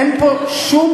אין פה שום,